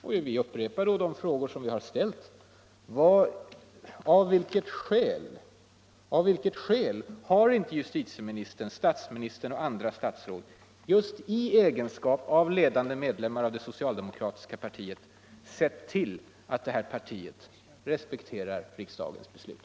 Jag upprepar då frågan: Av vilket skäl har inte justitieministern, statsministern och andra statsråd, just i egenskap av ledande medlemmar av det socialdemokratiska partiet, sew till att detta parti respekterar riksdagens beslut?